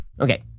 Okay